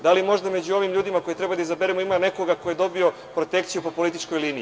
Da li možda među ovim ljudima koje treba da izaberemo ima nekoga ko je dobio protekciju po političkoj liniji?